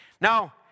Now